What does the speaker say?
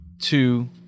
Two